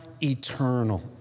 eternal